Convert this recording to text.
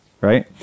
right